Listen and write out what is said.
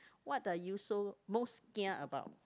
what are you so most kia about